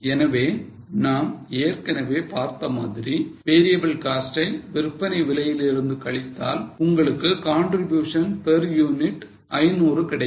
எனவே நாம் ஏற்கனவே பார்த்த மாதிரி variable cost ஐ விற்பனை விலையிலிருந்து கழித்தால் உங்களுக்கு contribution per unit 500 கிடைக்கும்